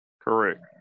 Correct